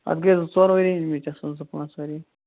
اَتھ گٔے زٕ ژور ؤری أنۍمٕتِس زٕ پٲنٛژھ ؤری